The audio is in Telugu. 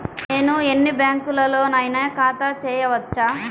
నేను ఎన్ని బ్యాంకులలోనైనా ఖాతా చేయవచ్చా?